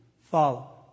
follow